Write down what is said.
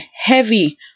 heavy